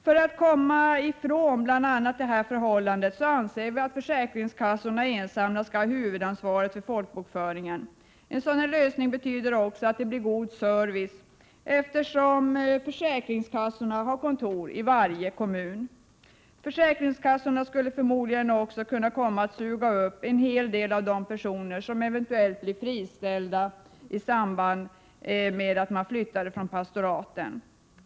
För att komma ifrån bl.a. detta förhållande anser vi att försäkringskassorna ensamma skall ha huvudansvaret för folkbokföringen. En sådan lösning betyder att det blir god service, eftersom försäkringskassorna har kontor i varje kommun. Försäkringskassorna skulle förmodligen också kunna suga upp en hel del av de personer som eventuellt blir friställda från pastoraten.